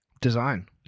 design